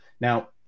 Now